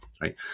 right